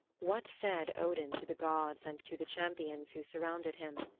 what said odin to the gods and to the champions who surrounded him?